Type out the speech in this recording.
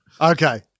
Okay